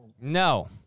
No